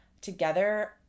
together